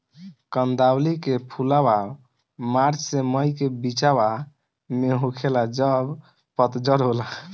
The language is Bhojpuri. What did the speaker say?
कंदावली के फुलवा मार्च से मई के बिचवा में होखेला जब पतझर होला